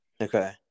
Okay